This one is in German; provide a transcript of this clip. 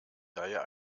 daher